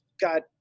got